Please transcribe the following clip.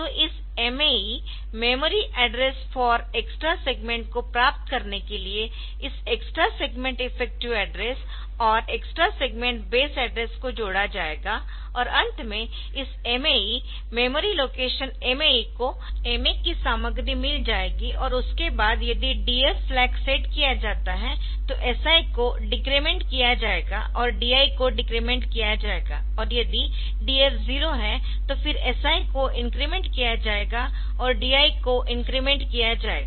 तो इस MAE memory address for extra segment को प्राप्त करने के लिए इस एक्स्ट्रा सेगमेंट इफेक्टिव एड्रेस और एक्स्ट्रा सेगमेंट बेस एड्रेस को जोड़ा जाएगा और अंत में इस MAE मेमोरी लोकेशन MAE को MA की सामग्री मिल जाएगी और उसके बाद यदि DF फ्लैग सेट किया जाता है तो SI को डेक्रेमेंट किया जाएगा और DI को डेक्रेमेंट किया जाएगा और यदि DF 0 है तो फिर SI को इंक्रीमेंट किया जाएगा और DI को इंक्रीमेंट किया जाएगा